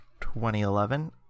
2011